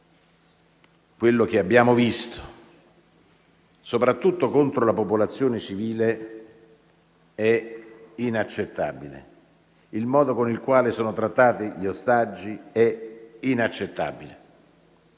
Quello che abbiamo visto, soprattutto contro la popolazione civile, è inaccettabile; il modo con il quale sono trattati gli ostaggi è inaccettabile.